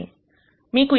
మీకు nTX2 X1 0